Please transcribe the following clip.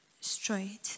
straight